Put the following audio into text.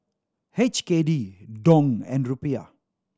H K D Dong and Rupiah